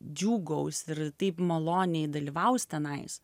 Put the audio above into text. džiūgaus ir taip maloniai dalyvaus tenais